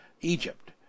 Egypt